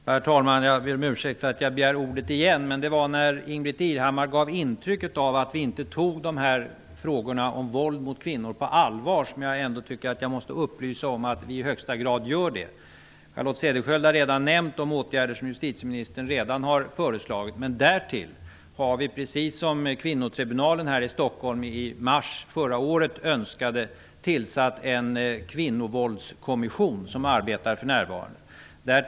Herr talman! Jag ber om ursäkt för att jag begär ordet igen, men det var när Ingbritt Irhammar gav intryck av att vi inte tog frågorna om våld mot kvinnor på allvar som jag tycker att jag ändå måste upplysa om att vi i högsta rad gör det. Charlotte Cederschiöld nämnde om de åtgärder som justitieministern redan har föreslagit. Därtill har vi, precis som kvinnotribunalen här i Stockholm i mars förra året önskade, tillsatt en kvinnovåldskommission som för närvarande arbetar.